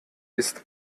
ist